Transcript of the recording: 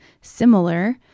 Similar